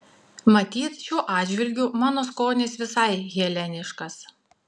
matyt šiuo atžvilgiu mano skonis visai heleniškas